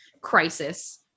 crisis